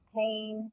pain